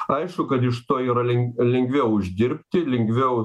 aišku kad iš to yra lin lengviau uždirbti lengviau